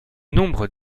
nombre